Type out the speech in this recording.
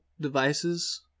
devices